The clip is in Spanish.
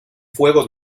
fuego